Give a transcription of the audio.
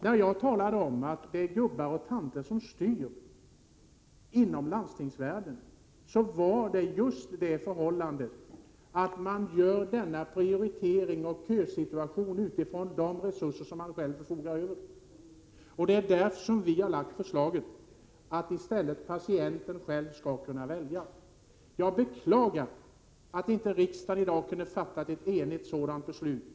När jag talade om att det är gubbar och gummor som styr inom landstingsvärlden menade jag just det förhållandet att prioriteringen görs utifrån de resurser man förfogar över. Det är därför vi har föreslagit att patienten själv skall få välja. Jag beklagar att riksdagen inte i dag kan fatta ett enigt sådant beslut.